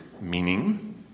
meaning